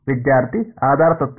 ವಿದ್ಯಾರ್ಥಿ ಆಧಾರ ತತ್ವ